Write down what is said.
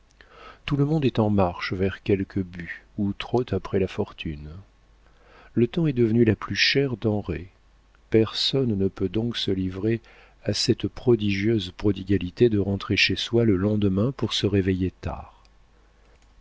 tout le monde est en marche vers quelque but ou trotte après la fortune le temps est devenu la plus chère denrée personne ne peut donc se livrer à cette prodigieuse prodigalité de rentrer chez soi le lendemain pour se réveiller tard